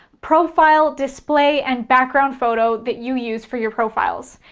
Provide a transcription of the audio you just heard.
profile display, and background photo that you use for your profiles.